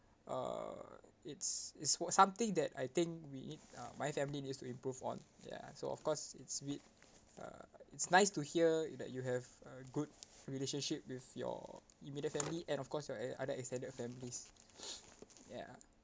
uh it's it's something that I think we in uh my family needs to improve on ya so of course it's with uh it's nice to hear that you have a good relationship with your immediate family and of course your a~ other extended families ya